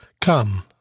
Come